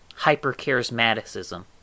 hypercharismaticism